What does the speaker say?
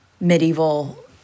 medieval